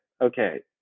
Okay